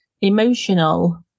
emotional